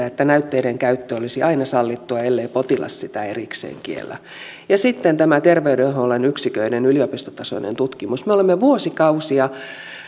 että näytteiden käyttö olisi aina sallittua ellei potilas sitä erikseen kiellä sitten tämä terveydenhuollon yksiköiden yliopistotasoinen tutkimus me olemme vuosikausia